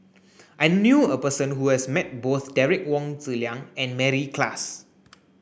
I knew a person who has met both Derek Wong Zi Liang and Mary Klass